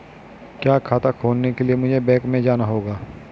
क्या खाता खोलने के लिए मुझे बैंक में जाना होगा?